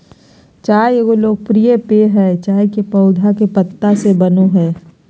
चाय एगो लोकप्रिय पेय हइ ई चाय के पौधा के पत्ता से बनो हइ